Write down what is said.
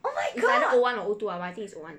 oh my god